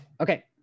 Okay